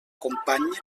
company